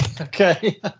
Okay